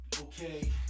okay